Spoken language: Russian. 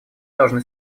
должны